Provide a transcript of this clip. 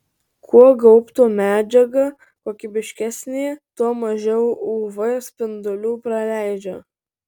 kuo gaubto medžiaga kokybiškesnė tuo mažiau uv spindulių praleidžia